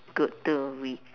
good to read